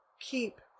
keep